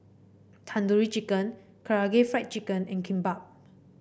Tandoori Chicken Karaage Fried Chicken and Kimbap